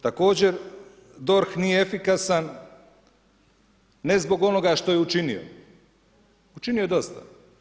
Također, DORH nije efikasan, ne zbog onoga što je učinio, učinio je dosta.